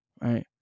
Right